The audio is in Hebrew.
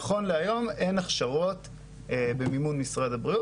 נכון להיום אין הכשרות במימון משרד הבריאות